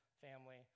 family